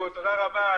ברורה,